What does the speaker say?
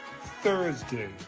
Thursday